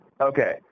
Okay